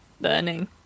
burning